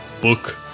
book